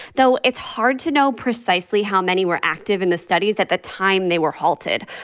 though it's hard to know precisely how many were active in the studies at the time they were halted.